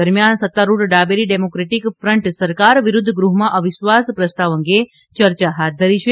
દરમિયાન સત્તારૂઢ ડાબેરી ડેમોક્રેટિક ફ્રન્ટ સરકાર વિરુદ્ધ ગૃહમાં અવિશ્વાસ પ્રસ્તાવ અંગે ચર્ચાહાથ ધરી છે